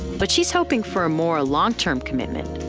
but she's hoping for a more long term commitment.